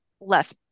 less